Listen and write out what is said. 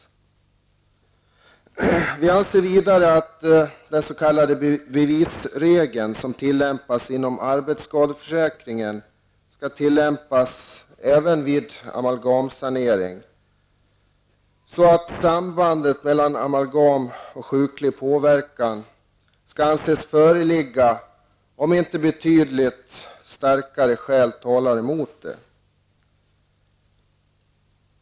Vi anser vidare att den s.k. bevisregeln som tillämpas inom arbetsskadeförsäkringen skall tillämpas även vid amalgamsanering, så att samband mellan amalgam och sjuklig påverkan skall anses föreligga om inte betydligt starkare skäl talar emot det.